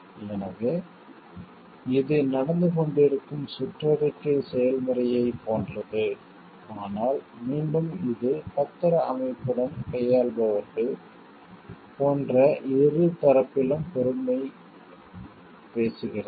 எனவே இது நடந்துகொண்டிருக்கும் சுற்றறிக்கை செயல்முறையைப் போன்றது ஆனால் மீண்டும் இது பத்திர அமைப்புடன் கையாள்பவர்கள் போன்ற இரு தரப்பிலும் பொறுப்பைப் பேசுகிறது